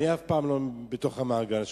אני אף פעם לא בתוך המעגל שלך,